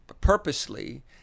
purposely—